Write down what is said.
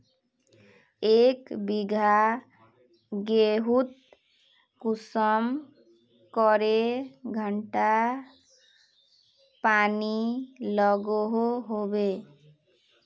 एक बिगहा गेँहूत कुंसम करे घंटा पानी लागोहो होबे?